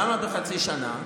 למה בחצי שנה?